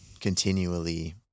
continually